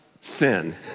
sin